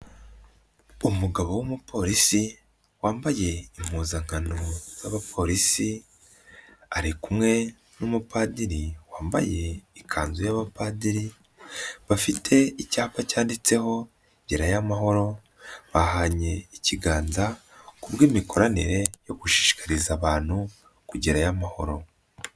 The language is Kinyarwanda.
Umugabo w'umupolisi wambaye impuzankano z'abapolisi, ari kumwe n'umupadiri wambaye ikanzu y'abapadiri, bafite icyapa cyanditseho gerayo amahoro, bahanye ikiganza ku bw'imikoranire yo gushishikariza abantu kugerayo amahoro.